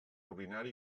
urinari